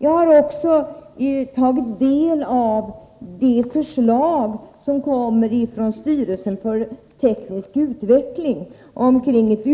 Jag har också tagit del av det förslag om ett